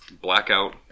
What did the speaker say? Blackout